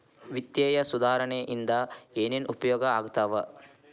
ವಿತ್ತೇಯ ಸುಧಾರಣೆ ಇಂದ ಏನೇನ್ ಉಪಯೋಗ ಆಗ್ತಾವ